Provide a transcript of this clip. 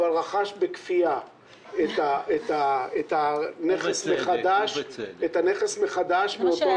רכש בכפייה את הנכס מחדש מאותו